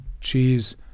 cheese